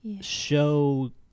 show